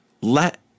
Let